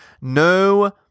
No